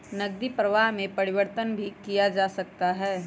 नकदी प्रवाह में परिवर्तन भी किया जा सकता है